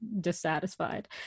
dissatisfied